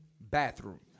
bathroom